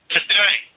Today